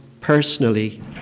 personally